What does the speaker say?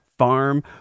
farm